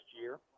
year